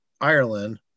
ireland